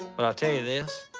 but i'll tell you this,